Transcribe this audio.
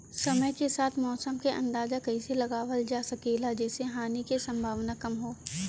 समय के साथ मौसम क अंदाजा कइसे लगावल जा सकेला जेसे हानि के सम्भावना कम हो?